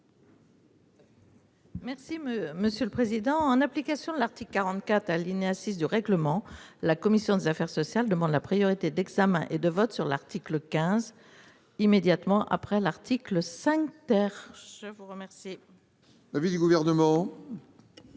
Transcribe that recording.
de la commission. En application de l'article 44, alinéa 6, du règlement, la commission des affaires sociales demande la priorité d'examen et de vote sur l'article 15, immédiatement après l'article 5 . Je suis donc